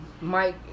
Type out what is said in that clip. Mike